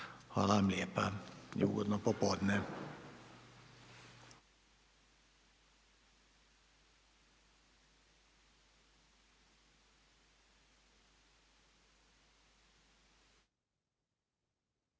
Hvala vam lijepa i ugodno popodne.